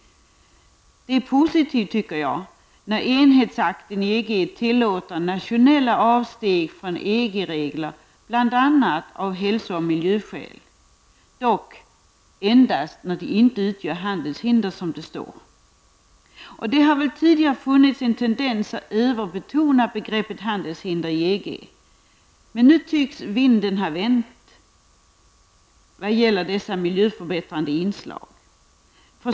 Det är positivt, tycker jag, när enhetsakten i EG tillåter nationella avsteg från EG-regler av bl.a. hälso och miljöskäl, observera dock -- endast när de inte utgör handelshinder. Det har tidigare funnits en tendens att överbetona begreppet handelshinder i EG, men nu tycks ''vinden ha vänt'' vad gäller dessa miljöförbättrande inslag.